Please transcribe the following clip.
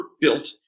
built